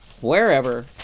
wherever